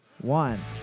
one